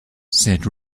said